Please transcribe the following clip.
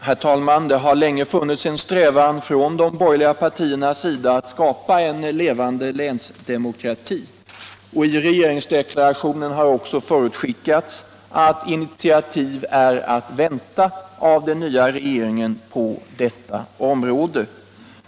Herr talman! Det har länge funnits en strävan från de borgerliga partiernas sida att skapa en levande länsdemokrati, och i regeringsdeklarationen har förutskickats att initiativ är att vänta av den nya regeringen på detta område.